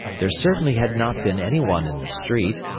there certainly had not been any one in the street,